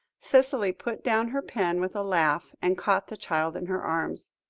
cicely put down her pen with a laugh, and caught the child in her arms.